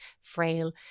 frail